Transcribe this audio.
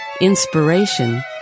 inspiration